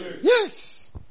Yes